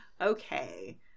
Okay